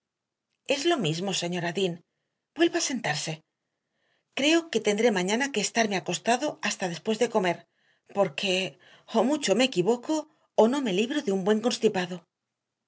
es lo mismo señora dean vuelva a sentarse creo que tendré mañana que estarme acostado hasta después de comer porque o mucho me equivoco o no me libro de un buen constipado